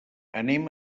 anem